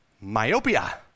myopia